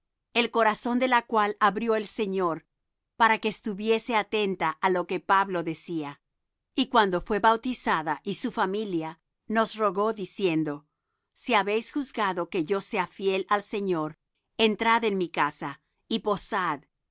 el corazón de la cual abrió el señor para que estuviese atenta á lo que pablo decía y cuando fué bautizada y su familia nos rogó diciendo si habéis juzgado que yo sea fiel al señor entrad en mi casa y posad